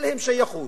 אין להם שייכות,